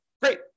Great